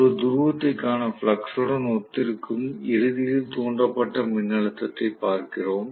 ஒரு துருவத்திற்கான ஃப்ளக்ஸ் உடன் ஒத்திருக்கும் இறுதியில் தூண்டப்பட்ட மின்னழுத்தத்தைப் பார்க்கிறோம்